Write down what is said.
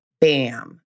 Bam